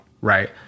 right